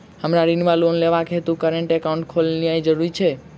हमरा ऋण वा लोन लेबाक हेतु करेन्ट एकाउंट खोलेनैय जरूरी छै?